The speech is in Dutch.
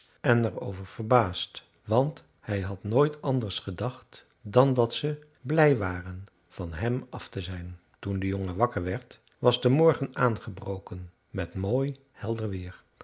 en er over verbaasd want hij had nooit anders gedacht dan dat ze blij waren van hem af te zijn toen de jongen wakker werd was de morgen aangebroken met mooi helder weer